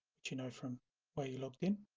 but you know from where you logged in